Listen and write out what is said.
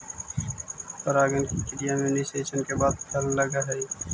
परागण की क्रिया में निषेचन के बाद फल लगअ हई